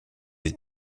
had